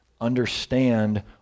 understand